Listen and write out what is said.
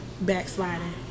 backsliding